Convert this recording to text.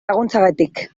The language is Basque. laguntzagatik